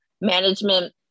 management